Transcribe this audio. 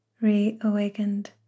reawakened